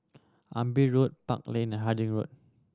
Amber Road Park Lane Harding Road